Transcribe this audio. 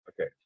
Okay